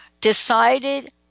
decided